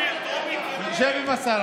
נעביר בטרומית ונמתין.